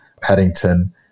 Paddington